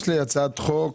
זה תהליך של חודשים.